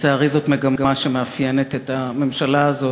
לצערי זאת מגמה שמאפיינת את הממשלה הזאת,